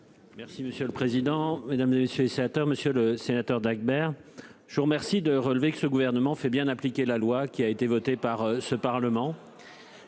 Merci monsieur le président, Mesdames, et messieurs, 7h, Monsieur le Sénateur Dacbert, je vous remercie de relever que ce gouvernement fait bien appliquer la loi qui a été votée par ce Parlement.